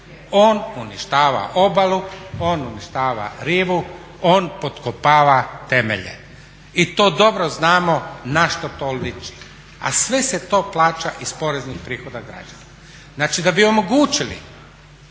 On uništava obalu, on uništava rivu, on potkopava temelje. I to dobro znamo na što to liči a sve se to plaća iz poreznih prihoda građana. Znači da bi omogućili